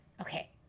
Okay